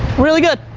really good.